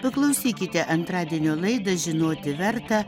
paklausykite antradienio laidą žinoti verta